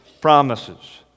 promises